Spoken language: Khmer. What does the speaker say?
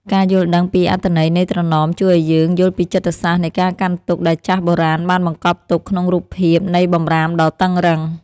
ការយល់ដឹងពីអត្ថន័យនៃត្រណមជួយឱ្យយើងយល់ពីចិត្តសាស្ត្រនៃការកាន់ទុក្ខដែលចាស់បុរាណបានបង្កប់ទុកក្នុងរូបភាពនៃបម្រាមដ៏តឹងរ៉ឹង។